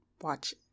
watch